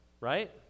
right